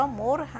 more